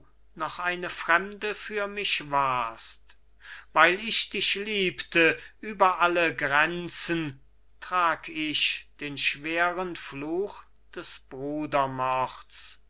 noch eine fremde für mich warst weil ich dich liebte über alle grenzen trag ich den schweren fluch des